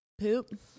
poop